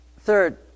Third